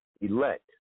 elect